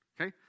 okay